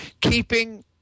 keeping